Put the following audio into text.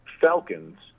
Falcons